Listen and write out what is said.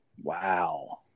Wow